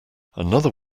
another